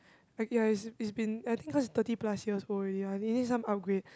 like ya it's it's been I think cause he's thirty plus he was old already lah he needs some upgrade